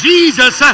Jesus